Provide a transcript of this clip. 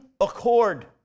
accord